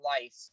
life